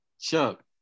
Chuck